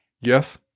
Yes